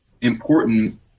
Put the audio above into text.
important